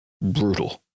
brutal